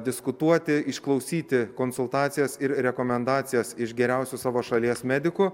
diskutuoti išklausyti konsultacijas ir rekomendacijas iš geriausių savo šalies medikų